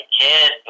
kid